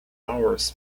hours